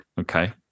okay